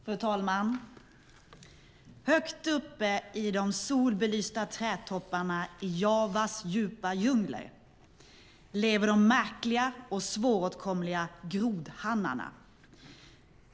Fru talman! Högt uppe i de solbelysta trädtopparna i Javas djupa djungler lever de märkliga och svåråtkomliga grodhannarna.